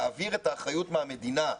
להעביר את האחריות מהמדינה,